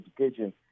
education